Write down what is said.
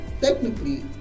technically